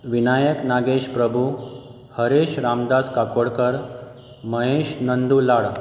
Vinayak Nagesh Prabhu Haresh Ramdas Kakodkar Mahesh Nandu Lad